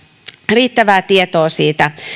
riittävää tietoa siitä